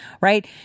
Right